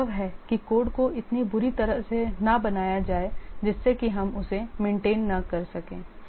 यह संभव है कि कोड को इतनी बुरी तरह से ना बनाया जाए जिससे कि हम उसे मेंटेन ना कर सके